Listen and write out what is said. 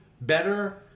better